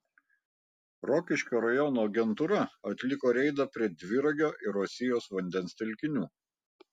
rokiškio rajono agentūra atliko reidą prie dviragio ir uosijos vandens telkinių